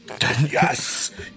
Yes